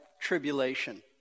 tribulation